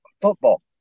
football